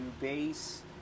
base